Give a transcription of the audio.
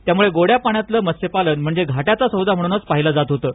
त्यामुळे गोड्या पाण्यातल मत्स्य पालन म्हणजे घाट्याचा सौदा म्हणूनच पाहिलं जात होतं